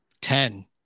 Ten